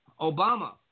Obama